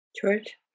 George